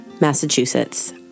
Massachusetts